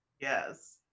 Yes